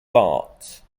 but